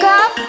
up